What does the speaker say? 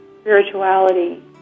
spirituality